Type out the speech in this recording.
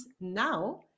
now